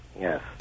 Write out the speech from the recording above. yes